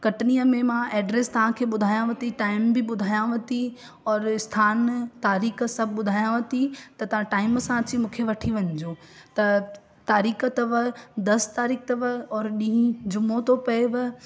कटनीअ में मां एड्रेस तव्हां खे ॿुधायांव थी टाईम बि ॿुधायांव थी और स्थान तारीख़ सभु ॿुधायांव थी त तव्हां टाईम सां अची मूंखे वठी वञिजो त तारीख़ अथव दस तारीख़ अथव ॾींहुं जुमो थो पएव